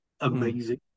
amazing